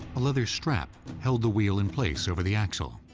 a leather strap held the wheel in place over the axle.